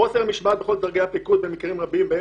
חוסר משמעת בכל דרגי הפיקוד במקרים רבים בהם